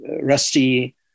rusty